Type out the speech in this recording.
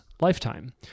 lifetime